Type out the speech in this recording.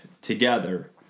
together